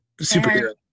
superhero